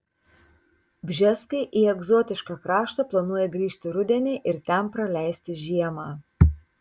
bžeskai į egzotišką kraštą planuoja grįžti rudenį ir ten praleisti žiemą